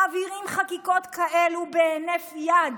מעבירים חקיקות כאלה בהינף יד,